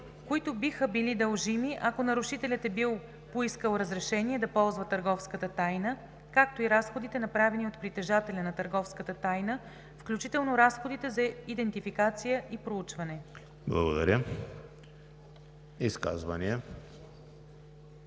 които биха били дължими, ако нарушителят е бил поискал разрешение да ползва търговската тайна, както и разходите, направени от притежателя на търговската тайна, включително разходите за идентификация и проучване.“ ПРЕДСЕДАТЕЛ